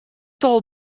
tal